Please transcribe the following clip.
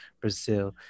Brazil